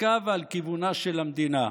על דרכה ועל כיוונה של המדינה.